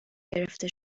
گرفته